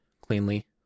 cleanly